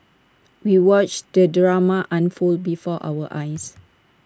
we watched the drama unfold before our eyes